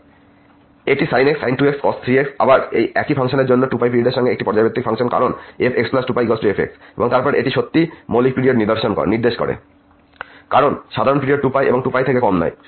সুতরাং এটি sin x sin 2x cos 3x আবার একই ফাংশন fx সেইজন্য এবং এই 2π পিরিয়ড এর সঙ্গে একটি পর্যাবৃত্ত ফাংশন কারণ fx2πf এবং তারপর এই সত্যিই মৌলিক পিরিয়ড নির্দেশ করে কারণ সাধারণ পিরিয়ড 2π এবং 2π থেকে কম নয়